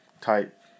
type